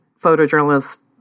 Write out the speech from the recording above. photojournalist